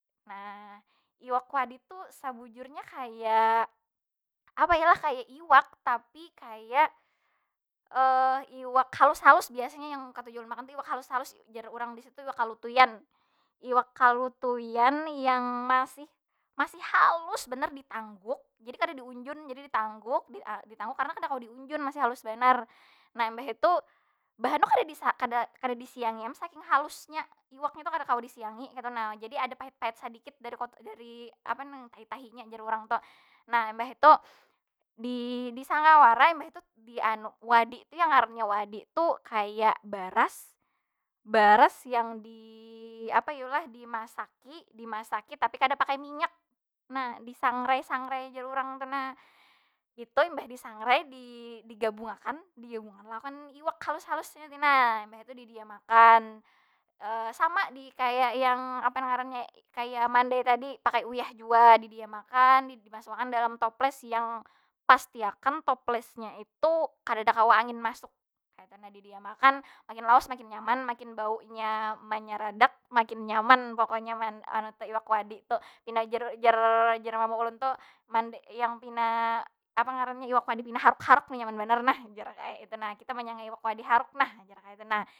Nah, iwak wadi tu sabujurnya kaya apa yu lah? Kaya iwak, tapi kaya iwak halus- halus biasanya yang katuju ulun makan tu iwak halus- halus, jar urang di situ iwak kalutuyan. Iwak kalutuyan yang masih- masih halus banar ditangguk. Jadi kada diunjun, jadi ditangguk, ditangguk karena kada kawa diunjun, masih halus banar. Nah imbah itu, buhannya kada- kada disiangi am saing halusnya. Iwaknya tu kada kawa disiangi kaytu na, jadi ada pahit- pahit sadikit dari dari apa nag tahi- tahinya jar urang tu. Nah imbah itu, di- disanga wara imbah itu di anu. Wadi tu yang ngarannya wadi tu, kaya baras, baras yang di apa yu lah? Dimasaki- simasaki tapi kada pakai minyak. Nah disangrai- sangrai jar urang tu nah. Itu imbah disangrai di- digabungakan, digabungakan lawan iwak halus- halus nya tadi nah. Imbah itu didiamakan. sama dikaya yang apa nang ngarannya? Kaya mandai tadi pakai uyah jua, didiamakan ni di masuk akan dalam toples yang, pasti akan toplesnya tu kadeda kaa angin masuk kaytu nah. Didiamakan makin lawas makin nyaman, makin baunya menyaradak, makin nyaman pokonya anu tu iwak wadi tu. Pina jar- jar- jar mama ulun tu yang pina apa ngarannya iwak wadi pina haruk- haruk tu nyaman banar nah, jar. Kaya itu nah. Kita menyanga iwak wadi haruk nah, jar kaytu nah.